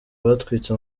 batwitse